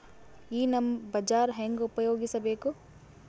ಈ ನಮ್ ಬಜಾರ ಹೆಂಗ ಉಪಯೋಗಿಸಬೇಕು?